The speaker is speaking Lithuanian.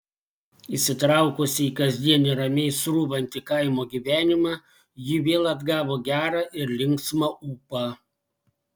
įsitraukusi į kasdienį ramiai srūvantį kaimo gyvenimą ji vėl atgavo gerą ir linksmą ūpą